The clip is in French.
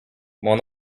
mon